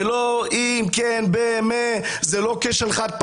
יותר אנשים עם אג'נדה ציונית ויהודית,